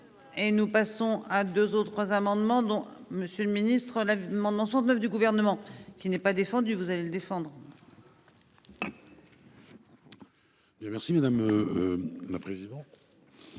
Et nous passons à deux autres amendements dont Monsieur le Ministre, l'amendement sont 9 du gouvernement qui n'est pas défendu, vous allez défendre.